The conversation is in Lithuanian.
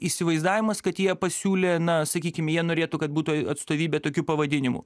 įsivaizdavimas kad jie pasiūlė na sakykim jie norėtų kad būtų atstovybė tokiu pavadinimu